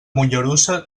mollerussa